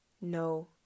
no